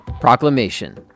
Proclamation